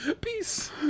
Peace